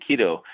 Keto